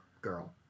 girl